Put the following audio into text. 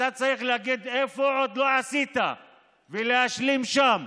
אתה צריך להגיד איפה עוד לא עשית ולהשלים שם,